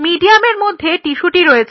মিডিয়ামের মধ্যে টিস্যুটি রয়েছে